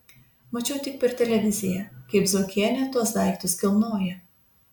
mačiau tik per televiziją kaip zuokienė tuos daiktus kilnoja